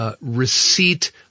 receipt